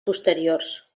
posteriors